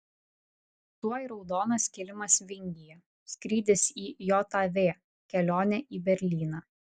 tuoj raudonas kilimas vingyje skrydis į jav kelionė į berlyną